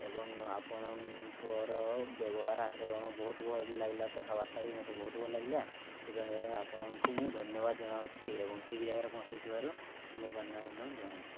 ଏବଂ ଆପଣଙ୍କର ବ୍ୟବହାର ଆଚରଣ ବହୁତ ଭଲ ଲାଗିଲା କଥାବାର୍ତ୍ତା ବି ମୋତେ ବହୁତ ଭଲ ଲାଗିଲା ସେଥିପାଇଁ ଆପଣଙ୍କୁ ମୁଁ ଧନ୍ୟବାଦ ଜଣାଉଛି ଏବଂ ଠିକ୍ ଜାଗାରେ ପହଞ୍ଚାଇଥିବାରୁ ଶୁଭକାମନା ଜଣାଉଛି